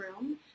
room